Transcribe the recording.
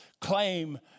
claim